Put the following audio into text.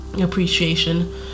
appreciation